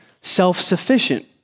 self-sufficient